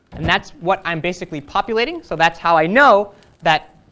and that's what i'm basically populating, so that's how i know that